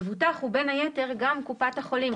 מבוטח הוא, בין היתר, גם קופת החולים.